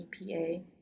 EPA